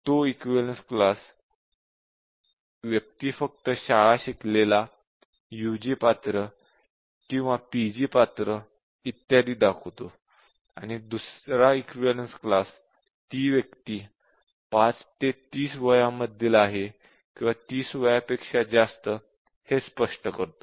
तो equivalence class व्यक्ती फक्त शाळा शिकलेला UG पात्र किंवा PG पात्र इत्यादी दाखवतो आणि दुसरा इक्विवलेन्स क्लास ती व्यक्ती 5 ते 30 वयामधील आहे किंवा 30 पेक्षा जास्त हे स्पष्ट करतो